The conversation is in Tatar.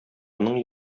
моның